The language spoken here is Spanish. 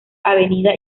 avenida